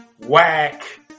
whack